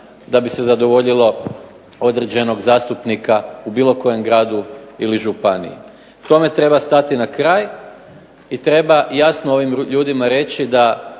da bi se zadovoljilo određenog zastupnika u bilo kojem gradu ili županiji. Tome treba stati na kraj i treba jasno ovim ljudima reći da